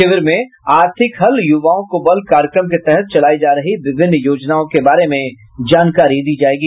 शिविर में आर्थिक हल युवाओं को बल कार्यक्रम के तहत चलाई जा रही विभिन्न योजनाओं के बारे में जानकारी दी जायेगी